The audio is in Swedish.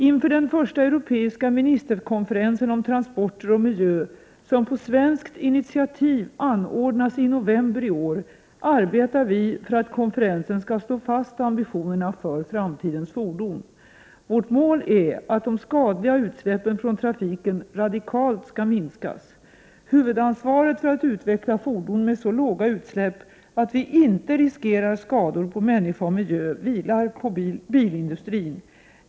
Inför den första europeiska ministerkonferensen om transporter och miljö, som på svenskt initiativ anordnas i november i år, arbetar vi för att konferensen skall slå fast ambitionerna för framtidens fordon. Vårt mål är att de skadliga utsläppen från trafiken radikalt skall minskas. Huvudansvaret för att utveckla fordon med så låga utsläpp att vi inte riskerar skador på människa och miljö vilar på bilindustrin.